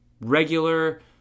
regular